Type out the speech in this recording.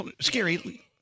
scary